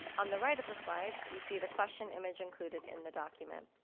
on the right of the slide, you see the question image included in the document.